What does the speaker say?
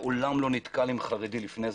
מעולם לא נתקל בחרדי לפני זה,